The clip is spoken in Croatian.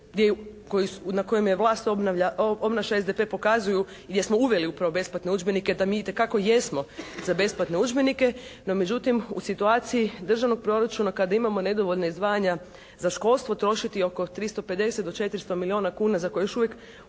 na kojima vlast obnavlja, obnaša SDP pokazuju gdje smo uveli upravo besplatne udžbenike da mi itekako jesmo za besplatne udžbenike. No međutim u situaciji državnog proračuna kada imamo nedovoljna zvanja za školstvo trošiti oko 350 do 400 milijuna kuna za koje je još uvijek